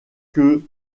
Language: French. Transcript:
que